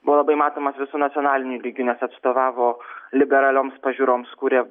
buvo labai matomas visu nacionaliniu lygiu nes atstovavo liberalioms pažiūroms kurie